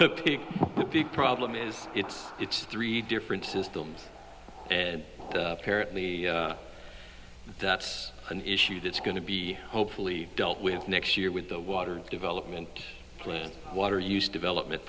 e the big problem is it's it's three different systems and apparently that's an issue that's going to be hopefully dealt with next year with the water development water use development